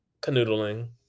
canoodling